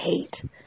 hate